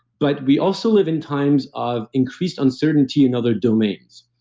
but we also live in times of increased uncertainty in other domains.